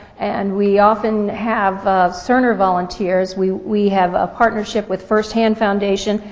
and we often have cerner volunteers. we we have a partnership with first hand foundation,